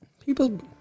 people